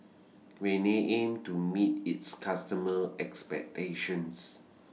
Rene aims to meet its customers' expectations